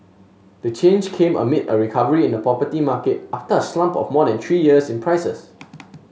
the change came amid a recovery in the property market after a slump of more than three years in prices